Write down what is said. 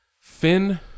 Finn